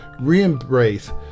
re-embrace